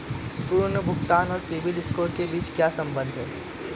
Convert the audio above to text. पुनर्भुगतान और CIBIL score के बीच क्या संबंध है?